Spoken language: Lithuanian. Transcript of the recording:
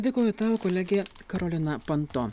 dėkoju tau kolegė karolina panto